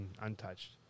untouched